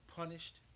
punished